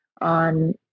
on